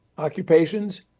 Occupations